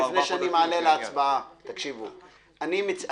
לפני שאני מעלה להצבעה אני רוצה לומר,